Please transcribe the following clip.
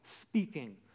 speaking